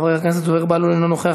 חבר הכנסת זוהיר בהלול, אינו נוכח.